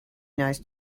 nice